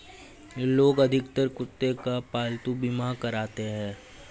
लोग अधिकतर कुत्ते का पालतू बीमा कराते हैं